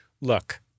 Look